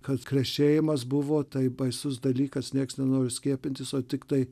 kad krešėjimas buvo taip baisus dalykas nieks nenori skiepytis o tiktai